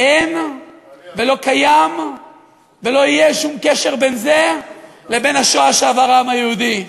אין ולא קיים ולא יהיה שום קשר בין זה לבין השואה שעבר העם היהודי.